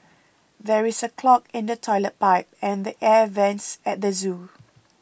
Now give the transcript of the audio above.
there is a clog in the Toilet Pipe and the Air Vents at the zoo